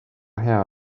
hea